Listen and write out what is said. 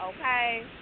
Okay